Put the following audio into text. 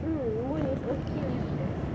mm moon is okay with that